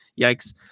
yikes